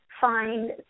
find